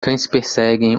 perseguem